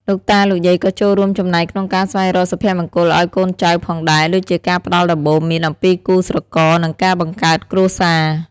លោកតា លោកយាយក៏ចូលរួមចំណែកក្នុងការស្វែងរកសុភមង្គលឱ្យកូនចៅផងដែរ ដូចជាការផ្ដល់ដំបូន្មានអំពីគូស្រករ និងការបង្កើតគ្រួសារ។